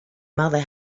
mother